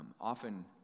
Often